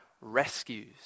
rescues